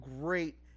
great